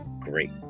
great